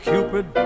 Cupid